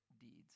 deeds